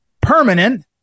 permanent